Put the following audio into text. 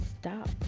stop